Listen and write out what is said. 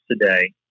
today